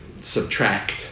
subtract